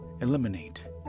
Eliminate